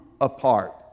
apart